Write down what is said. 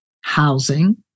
housing